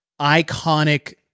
iconic